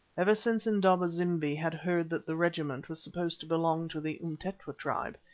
ever since indaba-zimbi had heard that the regiment was supposed to belong to the umtetwa tribe,